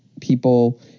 people